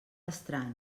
estrany